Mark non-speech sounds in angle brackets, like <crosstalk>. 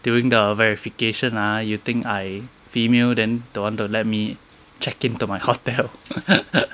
during the verification ah you think I female then don't want to let me check into my hotel <laughs>